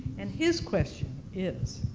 and his question is